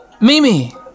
Mimi